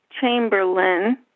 Chamberlain